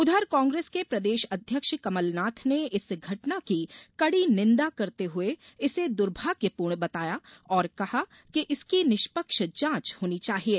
उधर कांग्रेस के प्रदेश अध्यक्ष कमलनाथ ने इस घटना की कडी निंदा करते हए इस दुर्भाग्यपूर्ण बताया और कहा कि इसकी निष्पक्ष जांच होनी चाहिये